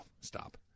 stop